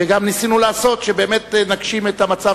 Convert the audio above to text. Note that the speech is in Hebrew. וגם ניסינו לעשות שבאמת נגשים את המצב